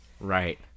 Right